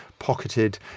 pocketed